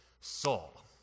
Saul